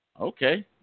Okay